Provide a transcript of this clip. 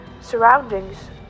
surroundings